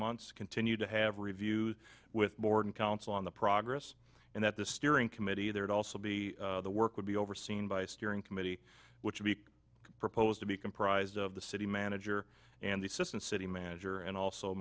months continue to have reviews with board counsel on the progress and that the steering committee there to also be the work would be overseen by steering committee which would be proposed to be comprised of the city manager and the system the city manager and also